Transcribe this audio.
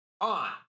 on